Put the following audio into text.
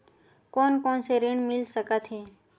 कोन कोन से ऋण मिल सकत हे?